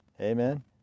Amen